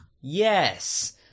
yes